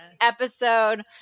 episode